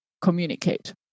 communicate